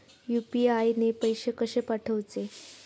UPI ने पैशे कशे पाठवूचे?